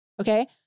Okay